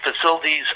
facilities